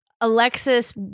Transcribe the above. Alexis